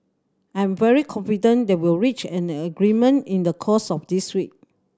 I am very confident that we'll reach an agreement in the course of this week